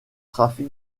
trafic